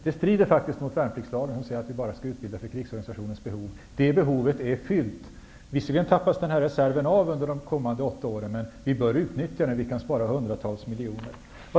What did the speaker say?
Det strider mot värnpliktslagen, där det föreskrivs att vi skall utbilda bara för stridsorganisationens behov. Det behovet är fyllt. Visserligen tappas denna reserv av under de kommande åtta åren, men vi bör utnyttja den och kan därigenom spara hundratals miljoner kronor.